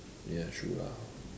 ya true lah